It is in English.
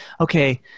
okay –